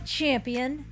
champion